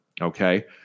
Okay